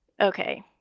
Okay